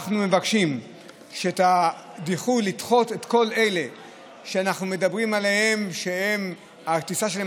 אנחנו מבקשים לדחות לכל אלה שאנחנו אומרים שהטיסה שלהם